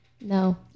No